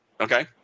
Okay